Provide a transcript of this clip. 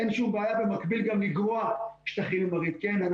אין שום בעיה בקביל גם לגרוע שטחים ממרעית, כן?